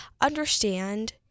understand